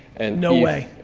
and no way.